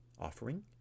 Offering